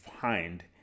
find